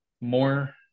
more